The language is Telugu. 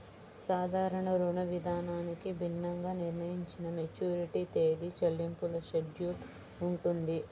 సాధారణ రుణవిధానానికి భిన్నంగా నిర్ణయించిన మెచ్యూరిటీ తేదీ, చెల్లింపుల షెడ్యూల్ ఉంటుంది